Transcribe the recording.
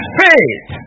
faith